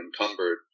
encumbered